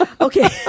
Okay